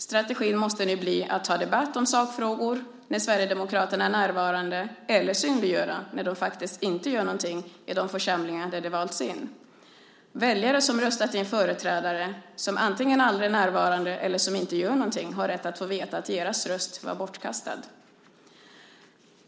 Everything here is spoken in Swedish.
Strategin måste nu bli att ta debatt om sakfrågor när Sverigedemokraterna är närvarande eller synliggöra när de faktiskt inte gör någonting i de församlingar där de valts in. Väljare som röstat in företrädare som antingen aldrig är närvarande eller som inte gör någonting har rätt att få veta att deras röst var bortkastad.